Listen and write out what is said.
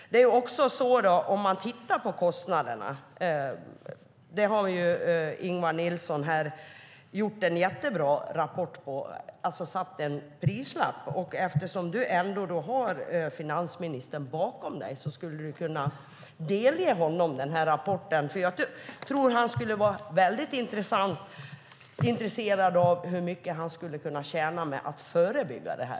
Ingvar Nilsson har skrivit en jättebra rapport om kostnaderna och satt en prislapp på dem. Beatrice Ask, eftersom du har finansministern bakom dig skulle du kunna delge honom den rapporten. Jag tror nämligen att han skulle vara väldigt intresserad av hur mycket han skulle kunna tjäna på att förebygga detta.